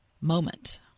moment